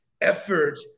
effort